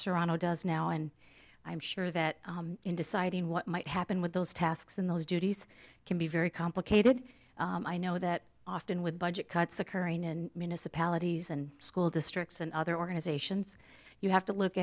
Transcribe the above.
serrano does now and i'm sure that in deciding what might happen with those tasks in those duties can be very complicated i know that often with budget cuts occurring in municipalities and school districts and other organizations you have to look